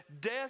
death